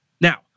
Now